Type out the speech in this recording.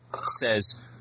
says